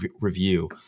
review